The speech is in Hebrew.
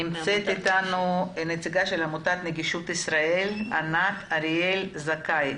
נמצאת איתנו נציגת עמותת נגישות ישראל ענת אריאל-זכאי,